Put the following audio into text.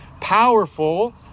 powerful